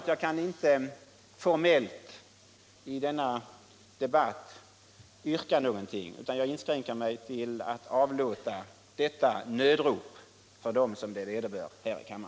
Jag kan av formella skäl inte framställa något yrkande, utan får inskränka mig till att vidarebefordra detta nödrop från alla de berörda!